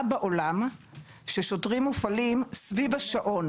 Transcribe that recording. בעולם ששוטרים מופעלים סביב השעון,